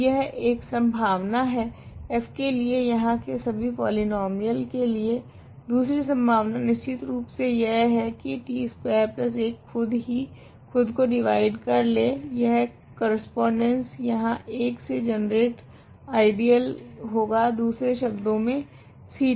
तो यह एक संभावना है f के लिए यहाँ के सभी पॉलीनोमीयलस के लिए दूसरी संभावना निश्चितरूप से यह है की t स्कवेर 1 खुद ही खुद को डिवाइड कर ले यह करस्पोंडेंस यहाँ 1 से जनरेट आइडियल होगा दूसरे शब्दों मे Ct